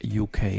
UK